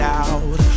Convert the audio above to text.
out